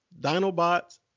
Dinobots